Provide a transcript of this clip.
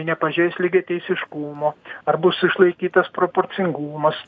nepažeis lygiateisiškumo ar bus išlaikytas proporcingumas